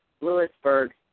Lewisburg